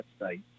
website